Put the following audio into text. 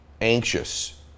anxious